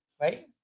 right